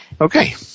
Okay